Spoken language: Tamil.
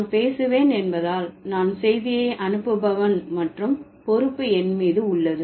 நான் பேசுவேன் என்பதால் நான் செய்தியை அனுப்புபவன் மற்றும் பொறுப்பு என் மீது உள்ளது